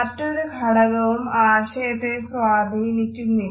മറ്റൊരു ഘടകവും ആശയത്തെ സ്വാധീനിക്കുന്നുമില്ല